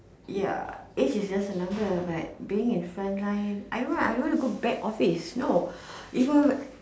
ya age is just a number but being in front like no I don't want to be in back office no even if